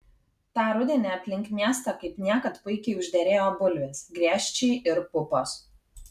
tą rudenį aplink miestą kaip niekad puikiai užderėjo bulvės griežčiai ir pupos